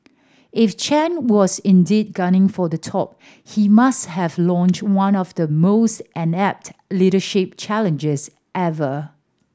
if Chen was indeed gunning for the top he must have launched one of the most inept leadership challenges ever